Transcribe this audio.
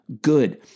good